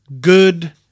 good